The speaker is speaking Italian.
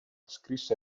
scrisse